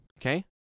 Okay